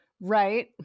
right